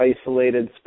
isolated